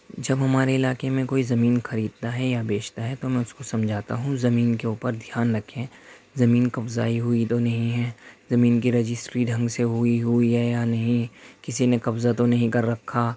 جب ہمارے علاقے میں کوئی زمین خریدتا ہے یا بیچتا ہے تو میں اس کو سمجھاتا ہوں زمین کے اوپر دھیان رکھیں زمین قبضائی ہوئی تو نہیں ہیں زمین کی رجسٹری ڈھنگ سے ہوئی ہوی ہیں یا نہیں کسی نے قبضہ تو نہیں کر رکھا